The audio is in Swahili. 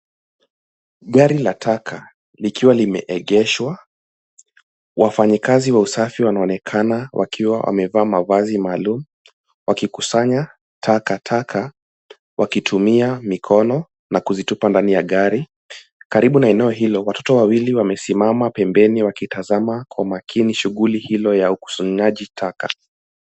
Gari la taka likiwa limeegeshwa, wafanyikazi wa usafi wanaonekana wakiwa wamevaa mavazi maalum; wakikusanya takataka wakitumia mikono na kuzitupa ndani ya gari. Karibu na eneo hilo watoto wawili wamesimama pembeni wakitazama kwa makini shughuli hilo ya ukusanyaji taka.